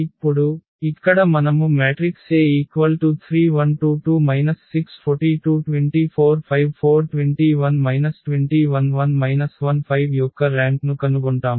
ఇప్పుడు ఇక్కడ మనము మ్యాట్రిక్స్ A3 0 2 2 6 42 24 54 21 21 0 15 యొక్క ర్యాంక్ను కనుగొంటాము